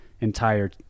entire